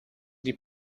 die